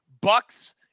Bucks